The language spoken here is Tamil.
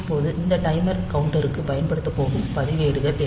இப்போது இந்த டைமர் கவுண்டருக்குப் பயன்படுத்தப் போகும் பதிவேடுகள் என்ன